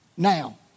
Now